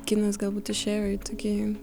kinas galbūt išėjo į tokį